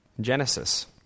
Genesis